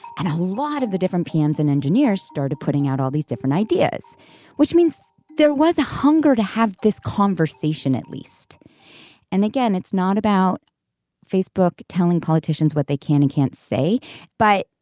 and a lot of the different panels and engineers started putting out all these different ideas which means there was a hunger to have this conversation at least and again it's not about facebook telling politicians what they can and can't say but